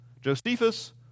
Josephus